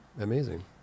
amazing